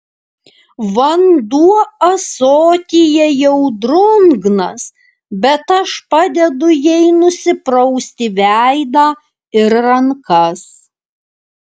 vanduo ąsotyje jau drungnas bet aš padedu jai nusiprausti veidą ir rankas